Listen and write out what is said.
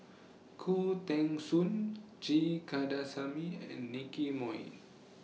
Khoo Teng Soon G Kandasamy and Nicky Moey